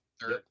third